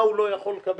מה הוא לא יכול לקבל.